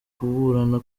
kuburana